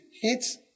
Hits